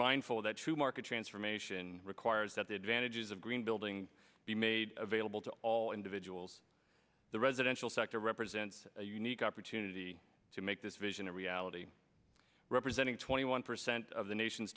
mindful that to market transformation requires that the advantages of green building be made available to all individuals the residential sector represents a unique opportunity to make this vision a reality representing twenty one percent of the nation